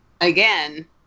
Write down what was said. again